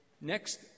next